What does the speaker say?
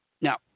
Now